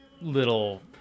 little